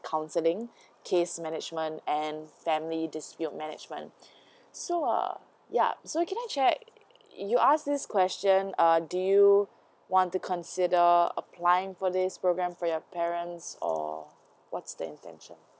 counselling case management and family rebuild management so um yup so can I check you ask this question err do you want to consider applying for this program for your parents or what's the intention